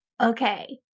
Okay